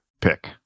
pick